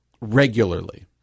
Regularly